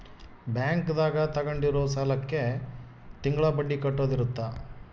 bank ದಾಗ ತಗೊಂಡಿರೋ ಸಾಲಕ್ಕೆ ತಿಂಗಳ ಬಡ್ಡಿ ಕಟ್ಟೋದು ಇರುತ್ತ